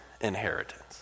inheritance